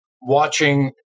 watching